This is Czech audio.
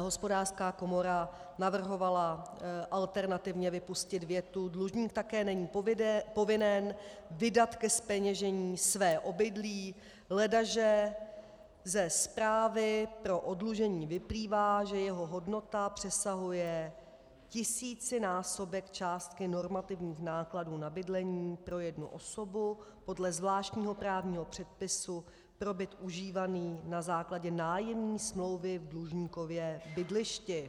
Hospodářská komora navrhovala alternativně vypustit větu: Dlužník také není povinen vydat ke zpeněžení své obydlí, ledaže ze zprávy pro oddlužení vyplývá, že jeho hodnota přesahuje tisícinásobek částky normativních nákladů na bydlení pro jednu osobu podle zvláštního právního předpisu pro byt užívaný na základě nájemní smlouvy v dlužníkově bydlišti.